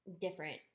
different